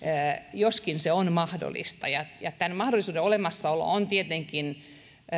joskin se on mahdollista ja ja tämän mahdollisuuden olemassaolo on tietenkin